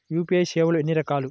UPI సేవలు ఎన్నిరకాలు?